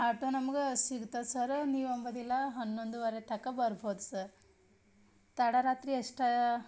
auto ನಮ್ಗೆ ಸಿಗ್ತದೆ sir ನೀವು ಅಂಬೋದಿಲ್ಲ ಹನ್ನೊಂದುವರೆ ತಕ್ಕ ಬರ್ಬೋದು ಸರ್ ತಡ ರಾತ್ರಿ ಅಷ್ಟು